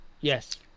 Yes